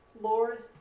Lord